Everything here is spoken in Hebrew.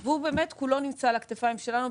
הוא באמת כולו נמצא על הכתפיים שלנו,